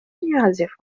يعزف